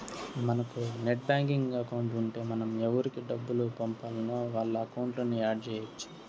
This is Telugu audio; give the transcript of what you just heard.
మనకు నెట్ బ్యాంకింగ్ అకౌంట్ ఉంటే మనం ఎవురికి డబ్బులు పంపాల్నో వాళ్ళ అకౌంట్లని యాడ్ చెయ్యచ్చు